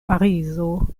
parizo